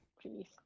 Please